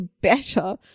better